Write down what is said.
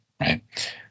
right